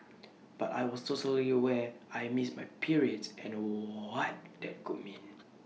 but I was totally aware I missed my periods and what that could mean